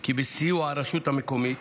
כי בסיוע הרשות המקומית